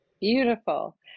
beautiful